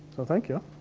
so thank you.